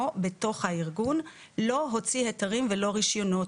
בתוך הארגון לא הוציא היתרים ולא רישיונות.